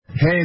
Hey